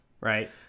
right